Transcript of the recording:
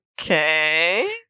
okay